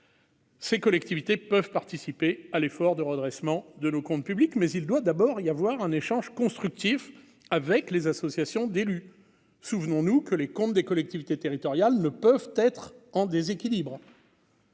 Ces collectivités peuvent participer à l'effort de redressement de nos comptes publics, mais il doit d'abord y avoir un échange constructif avec les associations d'élus, souvenons-nous que les comptes des collectivités territoriales ne peuvent être en déséquilibre.